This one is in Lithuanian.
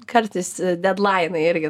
kartais dedlainai irgi